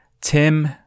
Tim